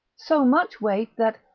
so much weight that,